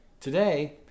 today